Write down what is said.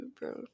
bro